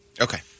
Okay